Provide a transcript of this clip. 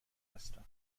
هستم